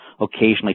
occasionally